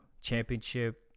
championship